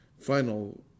final